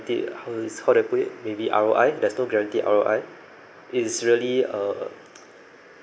how do how do I put it maybe R_O_I there's no guaranteed R_O_I it's really a